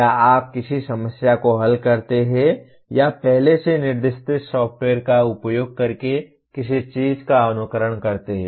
या आप किसी समस्या को हल करते हैं या पहले से निर्दिष्ट सॉफ़्टवेयर का उपयोग करके किसी चीज़ का अनुकरण करते हैं